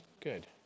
Good